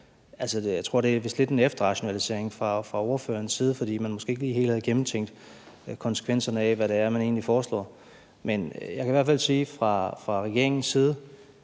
Jeg tror vist, at det lidt er en efterrationalisering fra ordførerens side, fordi man måske ikke lige helt har gennemtænkt konsekvenserne af, hvad det egentlig er, man foreslår. Men jeg kan hvert fald sige fra regeringens side,